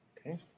Okay